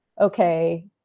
okay